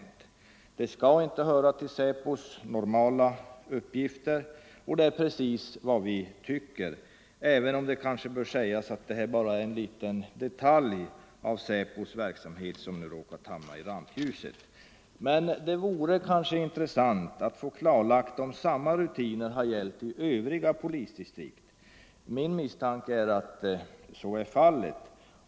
Att infordra upplysningar om politiska möten skall inte höra till säkerhetspolisens normala uppgifter, säger justitieministern, och det är precis vad vi tycker, även om det kanske bör sägas att det bara är en liten detalj av säkerhetspolisens verksamhet som nu har råkat hamna i rampljuset. Det vore intressant att få klarlagt om samma rutiner har gällt i övriga polisdistrikt. Jag misstänker att så är fallet.